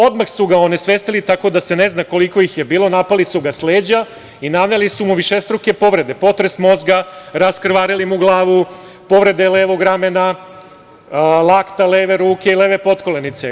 Odmah su ga onesvestili tako da se ne zna koliko ih je bilo, napali su ga sa leđa i naneli su mu višestruke povrede, potres mozga, raskrvarili mu glavu, povrede levog ramena, lakta leve ruke i leve podkolenice.